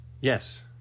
Yes